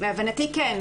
להבנתי כן.